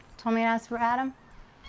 told me to ask for adam.